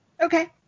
Okay